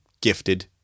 gifted